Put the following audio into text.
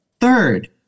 third